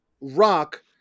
rock